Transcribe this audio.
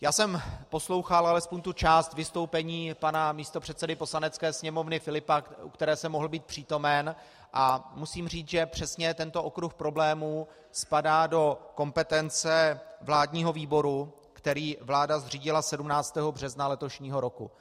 Já jsem poslouchal alespoň tu část vystoupení pana místopředsedy Poslanecké sněmovny Filipa, u které jsem mohl být přítomen, a musím říci, že přesně tento okruh problémů spadá do kompetence vládního výboru, který vláda zřídila 17. března letošního roku.